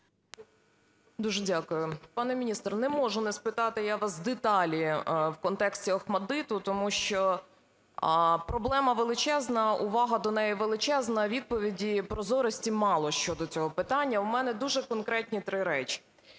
Дуже дякую. Пане міністре, не можу не спитати я вас деталі в контексті Охматдиту, тому що проблема величезна, увага до неї величезна, відповіді, прозорості мало щодо цього питання. У мене дуже конкретні три речі.